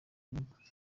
gihugu